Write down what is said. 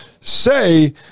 say